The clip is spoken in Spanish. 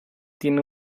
tiene